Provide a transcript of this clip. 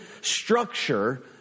structure